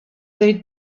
they